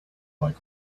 like